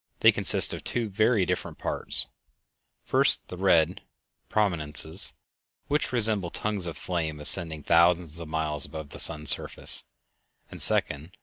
they consist of two very different parts first, the red prominences which resemble tongues of flame ascending thousands of miles above the sun's surface and, second,